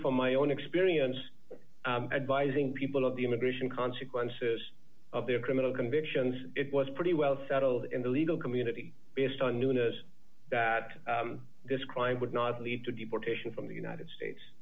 from my own experience advising people of the immigration consequences of their criminal convictions it was pretty well settled in the legal community based on newness that this crime would not lead to deportation from the united st